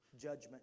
Judgment